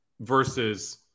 versus